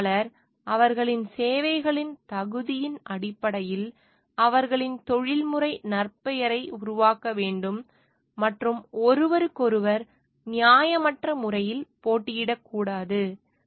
பொறியியலாளர் அவர்களின் சேவைகளின் தகுதியின் அடிப்படையில் அவர்களின் தொழில்முறை நற்பெயரை உருவாக்க வேண்டும் மற்றும் ஒருவருக்கொருவர் நியாயமற்ற முறையில் போட்டியிடக்கூடாது